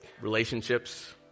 relationships